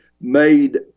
made